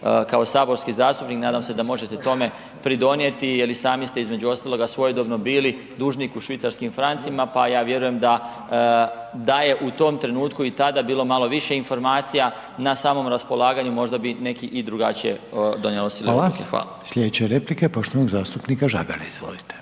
kao saborski zastupnik nadam se da možete tome pridonijeti jel i sami ste između ostaloga svojedobno bili dužnik u švicarskim francima pa ja vjerujem da je u tom trenutku i tada bilo malo više informacija na samom raspolaganju, možda bi i neki drugačije donijeli osobne odluke. Hvala. **Reiner, Željko